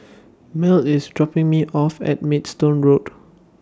Mell IS dropping Me off At Maidstone Road